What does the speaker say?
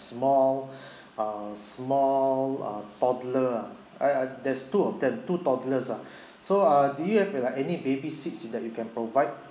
small uh small uh toddler ah I there's two of them two toddlers ah so uh do you have like any baby seats in that you can provide